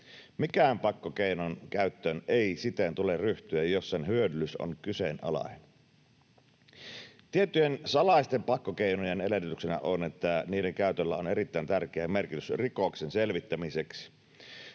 Minkään pakkokeinon käyttöön ei siten tule ryhtyä, jos sen hyödyllisyys on kyseenalainen. Tiettyjen salaisten pakkokeinojen edellytyksenä on, että niiden käytöllä on erittäin tärkeä merkitys rikoksen selvittämiseksi.